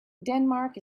denmark